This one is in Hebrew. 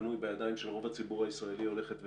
הפנוי בידיים של רוב הציבור הישראלי הולכת וקטנה.